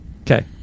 Okay